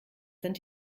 sind